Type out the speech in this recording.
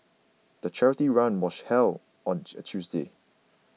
the charity run was held on a Tuesday